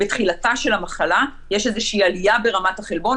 בתחילתה של המחלה יש איזושהי עלייה ברמת החלבון,